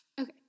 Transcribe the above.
okay